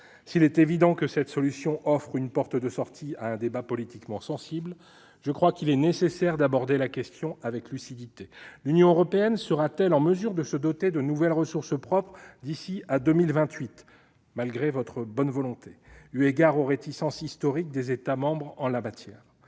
S'il est évident que cette solution offre une porte de sortie à un débat politiquement sensible, je crois qu'il est nécessaire d'aborder la question avec lucidité : malgré votre bonne volonté, l'Union européenne sera-t-elle en mesure de se doter de nouvelles ressources propres d'ici à 2028 eu égard aux réticences historiques des États membres en la matière ?